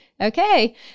Okay